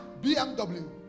BMW